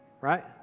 Right